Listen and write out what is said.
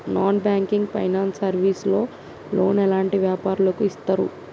Non banking finance service లో loan ఎలాంటి వ్యాపారులకు ఇస్తరు?